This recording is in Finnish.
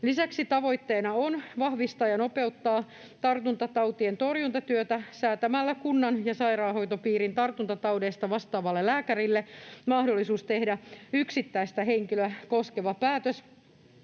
Lisäksi tavoitteena on vahvistaa ja nopeuttaa tartuntatautien torjuntatyötä säätämällä kunnan ja sairaanhoitopiirin tartuntataudeista vastaavalle lääkärille mahdollisuus tehdä yksittäistä henkilöä koskeva päätös